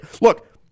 Look